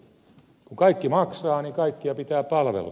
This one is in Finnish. kun kaikki maksavat niin kaikkia pitää palvella